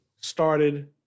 started